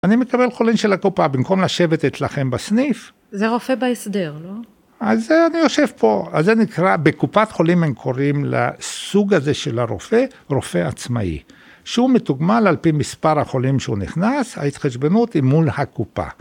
אני מקבל חולים של הקופה במקום לשבת את לכם בסניף. זה רופא בהסדר, לא? אז אני יושב פה, אז זה נקרא, בקופת חולים הם קוראים לסוג הזה של הרופא, רופא עצמאי. שהוא מתוגמל על פי מספר החולים שהוא נכנס, ההתחשבנות היא מול הקופה.